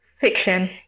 Fiction